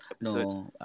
no